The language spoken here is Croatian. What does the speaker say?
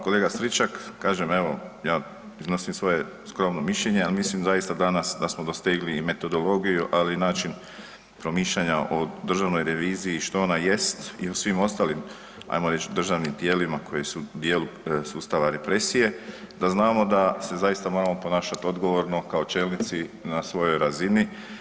Kolega Stričak, kažem evo ja iznosim svoje skromno mišljenje, al mislim zaista danas da smo dostigli i metodologiju, ali i način promišljanja o državnoj reviziji što ona jest i o svim ostalim, ajmo reć, državnim tijelima koji su u dijelu sustava represije, da znamo da se zaista moramo ponašat odgovorno kao čelnici na svojoj razini.